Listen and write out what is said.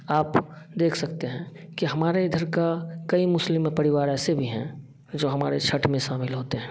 आप देख सकते हैं कि हमारे इधर के कई मुस्लिम परिवार ऐसे भी हैं जो हमारे छठ में शामिल होते हैं